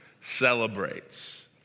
celebrates